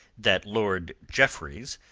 that lord jeffreys,